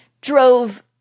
drove